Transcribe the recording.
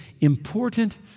important